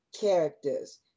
characters